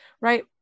right